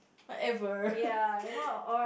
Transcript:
whatever